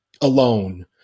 Alone